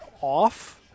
off –